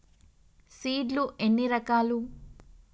Seed లు ఎన్ని రకాలు?